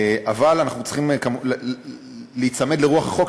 אבל אנחנו צריכים להיצמד לרוח החוק,